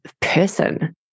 person